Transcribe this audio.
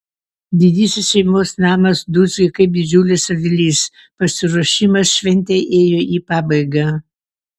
didysis šeimos namas dūzgė kaip didžiulis avilys pasiruošimas šventei ėjo į pabaigą